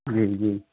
جی جی